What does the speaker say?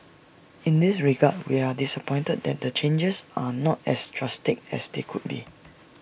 in this regard we are disappointed that the changes are not as drastic as they could be